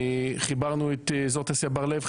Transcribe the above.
חיברנו את אזור תעשיה ברלב,